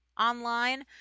online